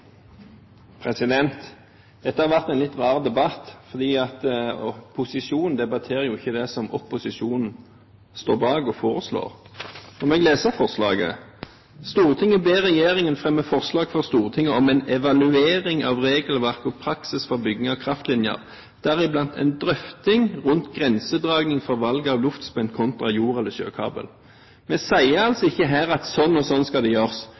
om. Dette har vært en litt rar debatt, fordi posisjonen debatterer jo ikke det som opposisjonen står bak og foreslår. Da får jeg lese forslaget: «Stortinget ber regjeringen fremme forslag for Stortinget om en evaluering av regelverk og praksis for bygging av kraftlinjer, deriblant en drøfting rundt grensedragning for valg av luftspenn kontra jord- eller sjøkabel.» Vi sier altså ikke her at sånn og sånn skal det gjøres.